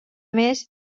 més